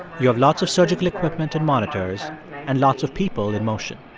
you have lots of surgical equipment and monitors and lots of people in motion